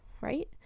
right